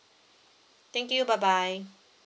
thank you bye bye